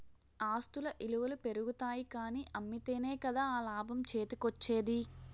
ఆస్తుల ఇలువలు పెరుగుతాయి కానీ అమ్మితేనే కదా ఆ లాభం చేతికోచ్చేది?